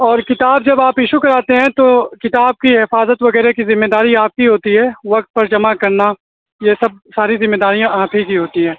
اور کتاب جب آپ ایشو کراتے ہیں تو کتاب کی حفاظت وغیرہ کی ذمہ داری آپ کی ہوتی ہے وقت پر جمع کرنا یہ سب ساری ذمہ داریاں آپ ہی کی ہوتی ہیں